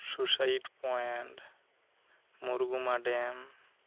suicide point Murguma dam